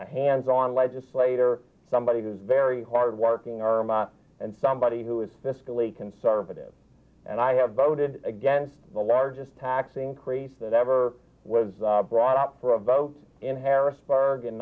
as our legislator somebody who's very hard working our and somebody who is fiscally conservative and i have voted against the largest tax increase that ever was brought up for a vote in harrisburg